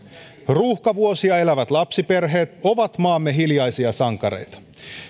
ruuhkavuosia elävät lapsiperheet ovat maamme hiljaisia sankareita